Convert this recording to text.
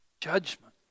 Judgment